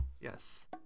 Yes